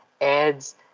ads